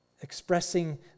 expressing